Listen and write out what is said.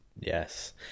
Yes